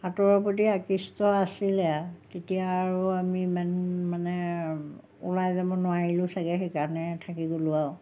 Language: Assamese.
সাঁতোৰৰ প্ৰতি আকৃষ্ট আছিলে আৰু তেতিয়া আৰু আমি ইমান মানে ওলাই যাব নোৱাৰিলোঁ চাগৈ সেইকাৰণে থাকি গ'লোঁ আৰু